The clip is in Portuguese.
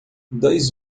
dois